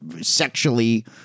sexually